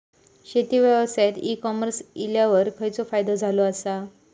शेती व्यवसायात e commerce इल्यावर खयचो फायदो झालो आसा?